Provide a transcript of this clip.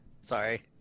Sorry